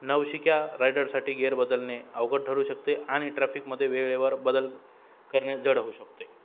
नवशिक्या रायडरसाठी गेअर बदलने अवघड ठरू शकते आणि ट्रॅफिकमध्ये वेगळेवर बदल करणे जड होऊ शकते